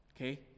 Okay